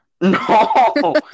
No